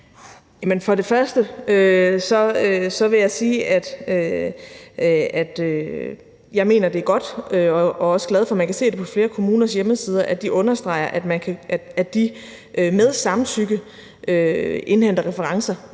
Krag): Først vil jeg sige, at jeg mener, det er godt, og jeg er også glad for, at man kan se det på flere kommuners hjemmesider, at de understreger, at de med samtykke indhenter referencer